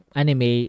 anime